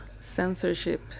censorship